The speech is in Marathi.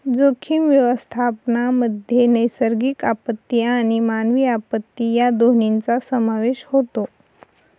जोखीम व्यवस्थापनामध्ये नैसर्गिक आपत्ती आणि मानवी आपत्ती या दोन्हींचा समावेश होतो